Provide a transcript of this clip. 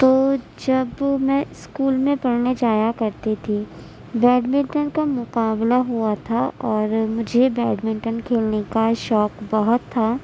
تو جب میں اسکول میں پڑھنے جایا کرتی تھی بیڈ منٹن كا مقابلہ ہُوا تھا اور مجھے بیڈ مینٹن کھیلنے کا شوق بہت تھا